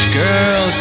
girl